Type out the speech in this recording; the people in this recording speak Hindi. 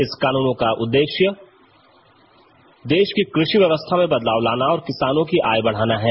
इन कानूनों का उद्देश्य देश की कृषि व्यवस्था में बदलाव लाना और किसानों की आय बढ़ाना है